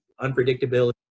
unpredictability